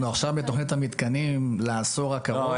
אנחנו עכשיו בתכנית המתקנים לאסור -- לא,